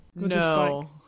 No